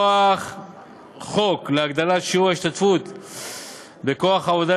מכוח החוק להגדלת שיעור ההשתתפות בכוח העבודה